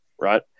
right